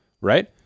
right